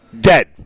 Dead